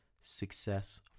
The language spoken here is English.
success